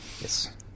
Yes